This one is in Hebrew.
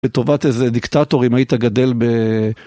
לטובת איזה דיקטטור אם היית גדל ב...